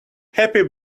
happy